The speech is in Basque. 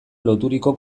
loturiko